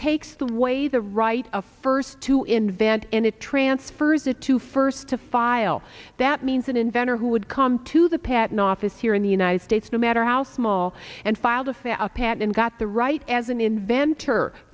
takes the way the right a first to invent and it transfers it to first to file that means an inventor who would come to the patent office here in the united states no matter how small and file the fair a patent got the right as an inventor